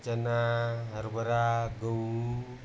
चणा हरभरा गहू